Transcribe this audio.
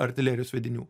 artilerijos sviedinių